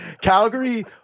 Calgary